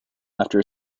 after